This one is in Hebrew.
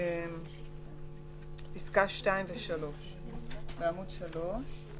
בפסקה (2) ו-(3),